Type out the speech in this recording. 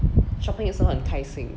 shopping is so enticing